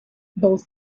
both